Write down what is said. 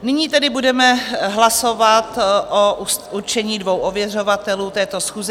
Nyní tedy budeme hlasovat o určení dvou ověřovatelů této schůze.